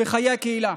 בחיי קהילה.